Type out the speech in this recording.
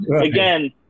again